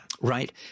Right